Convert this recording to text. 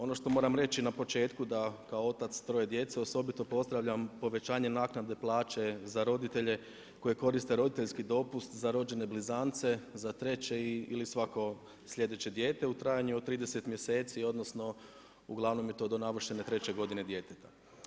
Ono što moram reći na početku, da kao otac 3 djece osobito pozdravljam povećanje naknade plaće za roditelje koji koriste roditeljski dopust za rođenje blizance, za treće ili svako sljedeće dijete u trajanju 30 mjeseci, odnosno, uglavnom je to do navršene 3 godine djeteta.